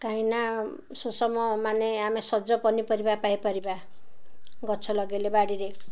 କାହିଁକି ନା ସୁଷମ ମାନେ ଆମେ ସଜ ପନିପରିବା ପାଇପାରିବା ଗଛ ଲଗାଇଲେ ବାଡ଼ିରେ